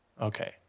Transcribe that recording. okay